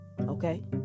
Okay